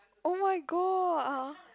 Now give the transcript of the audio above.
oh-my-god ah